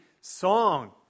song